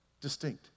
distinct